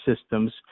systems